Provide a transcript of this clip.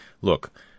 Look